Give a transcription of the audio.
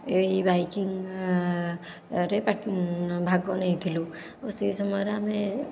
ଏଇ ବାଇକିଂ ରେ ପା ଭାଗ ନେଇଥିଲୁ ଓ ସେ ସମୟରେ ଆମେ